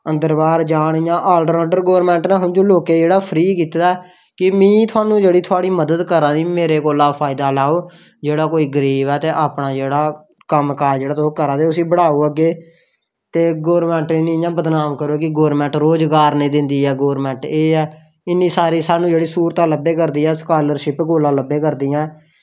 अंदर बाहर जान ऑलराउंडर बनन इंया समझो गौरमेंट नै एह् फ्री जेह्का ऐ की में जेह्ड़ी तुंदी मदद करा नी मेरा फायदा लैओ जेह्ड़ा कोई गरीब ऐ ते अपना जेह्ड़ा कम्म काज तुस करा दे ते तुस बढ़ाओ अग्गें ते गौरमेंट गी इंया बदनाम निं करो की गौरमेंट रोज़गार निं दिंदी ऐ एह् ऐ इन्नी सारी जेह्ड़ी सानूं स्हूलतां लब्भा करदियां स्कॉलरशिप बगैरा लब्भा करदियां